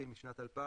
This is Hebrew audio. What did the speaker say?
בשנת 2000